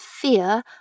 fear